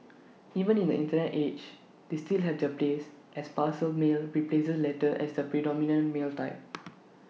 even in the Internet age they still have their place as parcel mail replaces letters as the predominant mail type